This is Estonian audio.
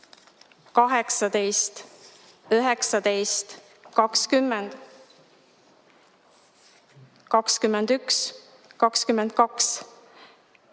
18, 19, 20, 21, 22,